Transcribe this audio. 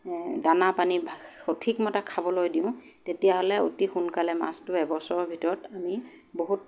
দানা পানী সঠিক মতে খাবলৈ দিওঁ তেতিয়াহ'লে অতি সোনকালে মাছটো এবছৰৰ ভিতৰত আমি বহুত